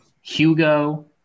Hugo